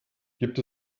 gibt